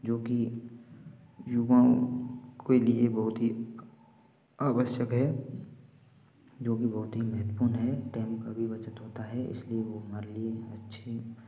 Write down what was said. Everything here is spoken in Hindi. जो कि युवाओं के लिए बहुत ही आवश्यक है जो कि बहुत ही महत्वपूर्ण है टाइम का भी बचत होता है इसलिए वो हमारे लिए छे